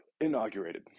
inaugurated